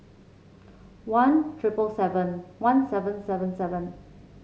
one triple seven one seven seven seven